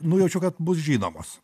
nujaučiau kad bus žinomos